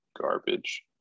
garbage